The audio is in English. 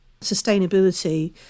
Sustainability